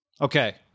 Okay